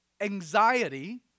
anxiety